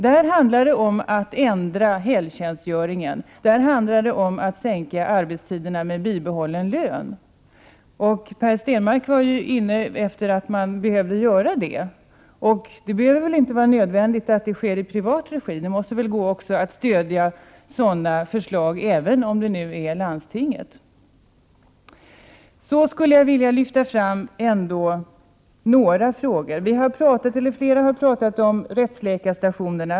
Där handlar det om att ändra helgtjänstgöringen och om att sänka arbetstiderna med bibehållen lön. Per Stenmarck var ju också inne på tanken att man behöver göra detta. Det är väl inte nödvändigt att det här sker i privat regi. Sådana förslag måste väl kunna stödjas, även om det rör sig om landstinget. Så skulle jag vilja lyfta fram några frågor. Flera har talat om rättsläkarstationerna.